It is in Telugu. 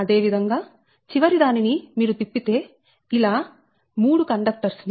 అదే విధంగా చివరి దానిని మీరు తిప్పితే ఇలా 3 కండక్టర్స్ ని